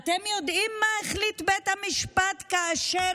אתם יודעים מה החליט בית המשפט כאשר